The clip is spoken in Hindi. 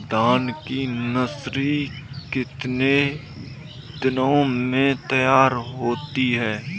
धान की नर्सरी कितने दिनों में तैयार होती है?